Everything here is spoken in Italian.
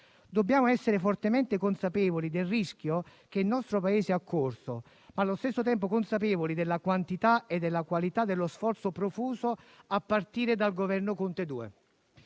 Dobbiamo essere fortemente consapevoli del rischio che il nostro Paese ha corso e, allo stesso tempo, della quantità e della qualità dello sforzo profuso, a partire dal Governo Conte II,